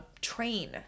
train